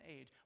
age